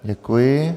Děkuji.